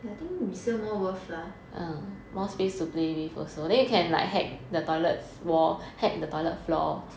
I think resale more worth lah